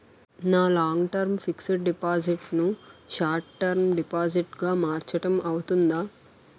నా long term fixed deposit ను short term deposit గా మార్చటం అవ్తుందా?